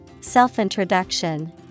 Self-introduction